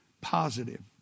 positive